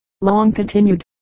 long-continued